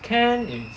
can if